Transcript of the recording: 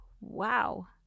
Wow